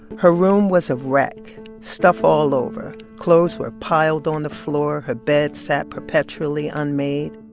her room was a wreck stuff all over. clothes were piled on the floor. her bed sat perpetually unmade.